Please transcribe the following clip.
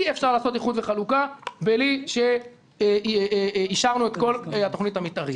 אי אפשר לעשות איחוד וחלוקה בלי שאישרנו את כל התוכנית המתארית.